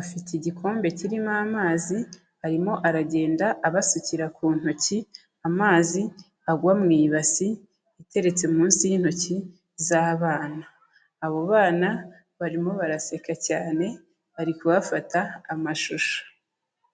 afite igikombe kirimo amazi arimo aragenda abasukira ku ntoki amazi agwa mu ibasi iteretse munsi y'intoki z'abana, abo bana barimo baraseka cyane, bari kubafata amashusho.